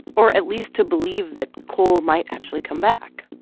or at least to believe that coal might actually come back.